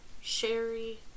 Sherry